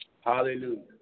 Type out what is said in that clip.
Hallelujah